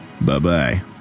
Bye-bye